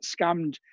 scammed